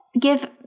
give